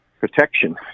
protection